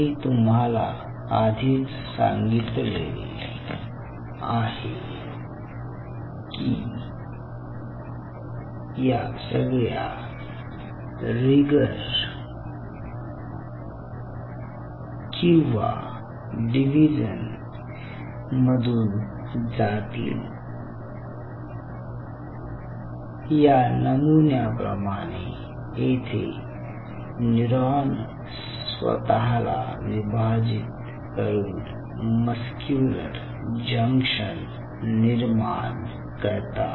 मी तुम्हाला आधीच सांगितलेले आहे की या सगळ्या रीगर किंवा डिवीजन मधून जातील या नमुन्या प्रमाणे जेथे न्यूरॉन स्वतःला विभाजित करून मस्क्युलर जंक्शन निर्माण करतात